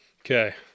Okay